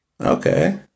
Okay